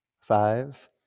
five